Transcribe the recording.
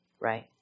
right